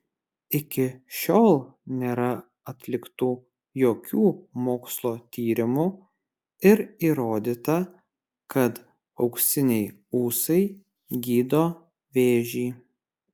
iki šiol nėra atliktų jokių mokslo tyrimų ir įrodyta kad auksiniai ūsai gydo vėžį